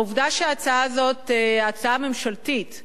העובדה שההצעה הזאת, ההצעה הממשלתית,